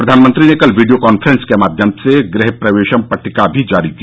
प्रधानमंत्री ने कल वीडियो काक्रेंस के माध्यम से गृह प्रवेशम पट्टिका भी जारी की